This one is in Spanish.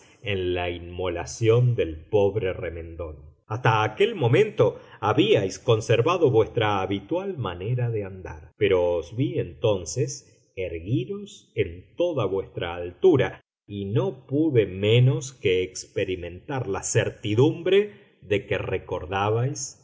en la inmolación del pobre remendón hasta aquel momento habíais conservado vuestra habitual manera de andar pero os vi entonces erguiros en toda vuestra altura y no pude menos que experimentar la certidumbre de que recordabais la